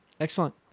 Excellent